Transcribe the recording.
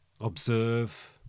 Observe